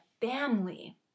family